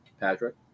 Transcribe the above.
Patrick